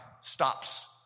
stops